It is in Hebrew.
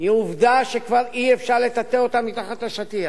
היא עובדה שכבר אי-אפשר לטאטא מתחת לשטיח.